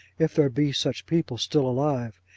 if there be such people still alive,